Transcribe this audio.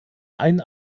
ein